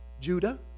Judah